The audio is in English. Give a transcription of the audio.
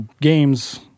games